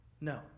No